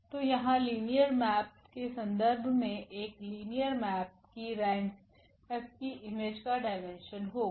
तो यहाँ linear map के संदर्भ में एक लिनियर मेप की रैंक 𝐹की इमेज का डाईमेन्शन होगा